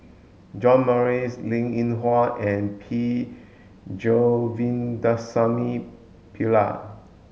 John Morrice Linn In Hua and P Govindasamy Pillai